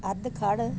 ਅੱਧਖੜ